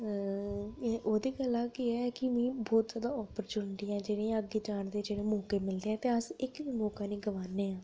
ओह्दे कोला केह् हे कि अप्रचुनिटियां अग्गें जान दे जेह्ड़े मौके मिलदे ते अस इक बी मौका नेई गवानेआं ते